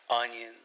onions